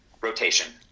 rotation